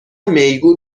میگو